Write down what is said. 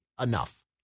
enough